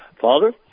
Father